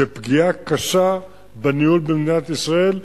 זו פגיעה קשה בניהול במדינת ישראל.